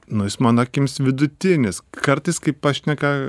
nu jis mano akims vidutinis kartais kai pašneka